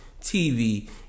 TV